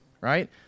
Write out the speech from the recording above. right